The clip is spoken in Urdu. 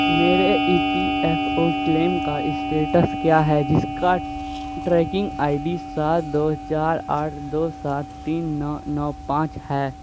میرے E P F O claim کا اسٹیٹس کیا ہے جس کا ٹریکنگ آئی ڈی سات دو چار آٹھ دو سات تین نو نو پانچ ہے